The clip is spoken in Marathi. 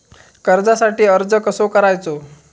कर्जासाठी अर्ज कसो करायचो?